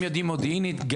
יודעים מודיעינית,